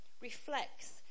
reflects